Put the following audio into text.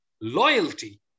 loyalty